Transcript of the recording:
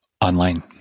online